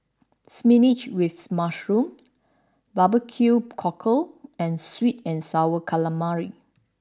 Spinach with Mushroom Barbecue Cockle and Sweet and Sour Calamari